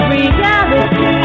Reality